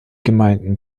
gemeinden